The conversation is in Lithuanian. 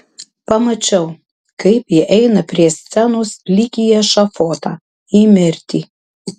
pamačiau kaip ji eina prie scenos lyg į ešafotą į mirtį